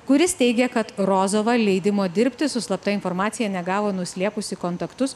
kuris teigia kad rozova leidimo dirbti su slapta informacija negavo nuslėpusi kontaktus